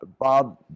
Bob